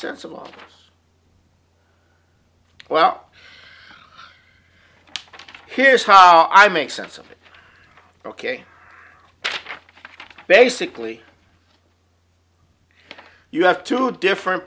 them well here's how i make sense of it ok basically you have two different